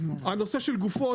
הנושא של גופות,